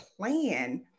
plan